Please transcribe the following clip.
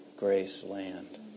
Graceland